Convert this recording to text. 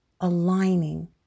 aligning